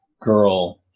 girl